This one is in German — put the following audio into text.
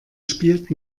spielt